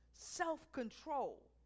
Self-control